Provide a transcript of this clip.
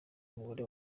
mugore